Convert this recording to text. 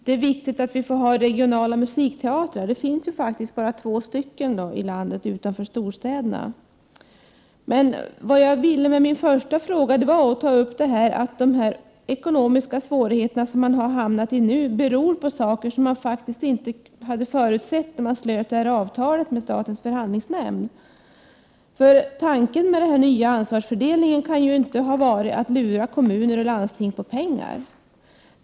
Det är viktigt att kunna ha regionala musikteatrar, och utanför storstadsregionerna finns det ju bara två sådana ute i landet. Avsikten med min första fråga var att framhålla att de ekonomiska svårigheter som man nu har hamnat i beror på saker som inte hade förutsetts när avtalet med statens förhandlingsnämnd slöts. Tanken med den nya ansvarsfördelningen kan ju inte ha varit att lura kommuner och landsting på pengar.